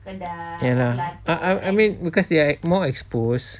ya lah I I mean because they are more exposed